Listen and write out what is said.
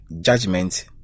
judgment